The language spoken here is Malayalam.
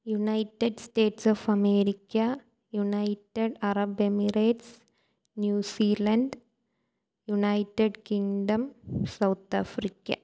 United States of America United Arab Emirates New Zealand United Kingdom South Africa